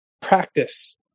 practice